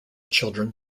children